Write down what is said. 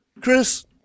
Chris